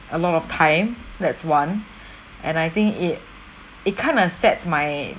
a lot of time that's one and I think it it kind of sets my